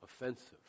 offensive